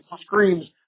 screams